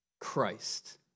Christ